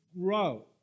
grow